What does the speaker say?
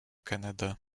canada